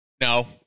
No